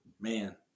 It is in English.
man